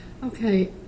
Okay